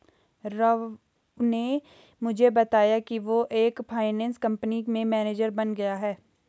राव ने मुझे बताया कि वो एक फाइनेंस कंपनी में मैनेजर बन गया है